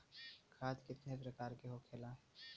खाद कितने प्रकार के होखेला?